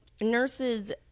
Nurses